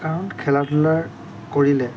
কাৰণ খেলা ধূলা কৰিলে